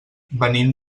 venim